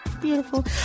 beautiful